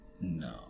No